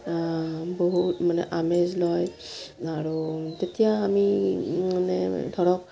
বহুত মানে আমেজ লয় আৰু তেতিয়া আমি মানে ধৰক